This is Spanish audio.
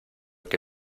que